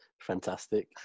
Fantastic